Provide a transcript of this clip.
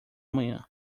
manhã